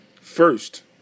first